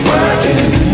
Working